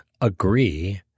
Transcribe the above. agree